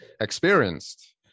experienced